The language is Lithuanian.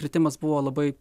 kritimas buvo labai